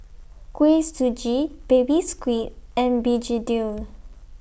Kuih Suji Baby Squid and Begedil